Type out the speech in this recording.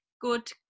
good